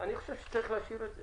אני חושב שצריך להשאיר את זה,